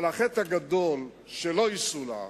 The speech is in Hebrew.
אבל החטא הגדול, שלא יסולח,